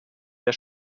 der